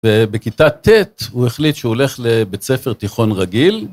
ובכיתה ט' הוא החליט שהוא הולך לבית ספר תיכון רגיל.